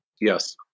Yes